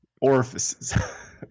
orifices